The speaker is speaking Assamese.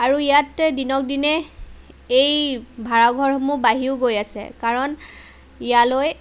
আৰু ইয়াতে দিনক দিনে এই ভাড়াঘৰসমূহ বাঢ়িও গৈ আছে কাৰণ ইয়ালৈ